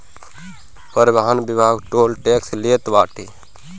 परिवहन विभाग toll tax लेत बाटे